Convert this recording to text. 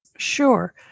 Sure